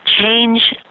change